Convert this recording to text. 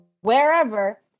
wherever